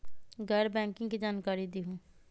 गैर बैंकिंग के जानकारी दिहूँ?